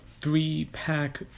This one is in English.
three-pack